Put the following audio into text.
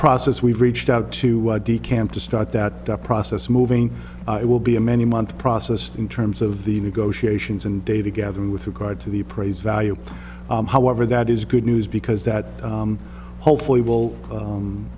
process we've reached out to the camp to start that process moving it will be a many month process in terms of the negotiations and data gathering with regard to the appraised value however that is good news because that hopefully will